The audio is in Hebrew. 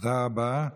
כבוד היושב-ראש,